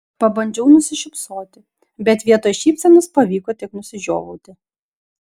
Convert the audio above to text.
pabandžiau nusišypsoti bet vietoj šypsenos pavyko tik nusižiovauti